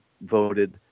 voted